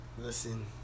Listen